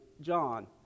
John